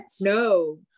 no